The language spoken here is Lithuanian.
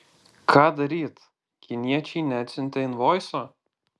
ką daryt kiniečiai neatsiuntė invoiso